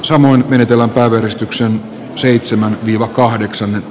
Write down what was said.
samoin menetellään päivystyksen seitsemän iv kahdeksan